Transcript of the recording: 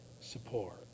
support